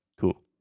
Cool